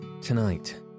Tonight